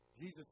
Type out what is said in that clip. Jesus